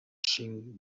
cinc